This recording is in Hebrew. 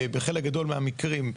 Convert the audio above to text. בחלק גדול מהמקרים,